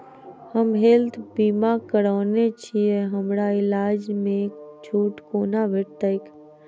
हम हेल्थ बीमा करौने छीयै हमरा इलाज मे छुट कोना भेटतैक?